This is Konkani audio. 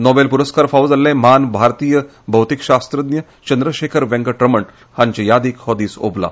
नोबॅल पुरस्कार फावो जाल्ले म्हान भारतीय भौतीकशास्त्रज्ञ चंद्रशेखर वेंकट रमण हांचे यादीक हो दीस ओंपला